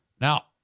Now